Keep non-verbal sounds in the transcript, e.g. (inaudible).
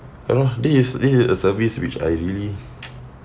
you know this is this is a service which I really (noise)